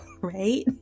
Right